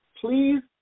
Please